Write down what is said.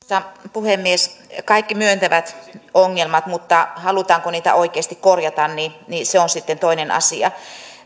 puhemies kaikki myöntävät ongelmat mutta halutaanko niitä oikeasti korjata niin niin se on sitten toinen asia